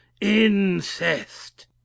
incest